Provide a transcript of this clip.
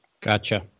Gotcha